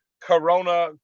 Corona